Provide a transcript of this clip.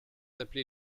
appelés